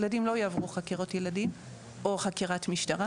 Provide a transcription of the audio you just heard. ילדים לא יעברו חקירות ילדים או חקירת משטרה.